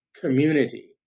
community